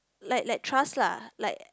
like like trust lah like